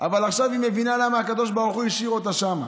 אבל עכשיו היא מבינה למה הקדוש ברוך הוא השאיר אותה שם.